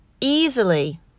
easily